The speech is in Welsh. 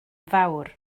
fawr